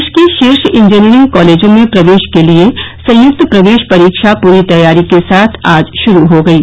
देश के शीर्ष इंजीनियरिंग कॉलेजों में प्रवेश के लिए संयुक्त प्रवेश परीक्षा पूरी तैयारी के साथ आज शुरू हो गयी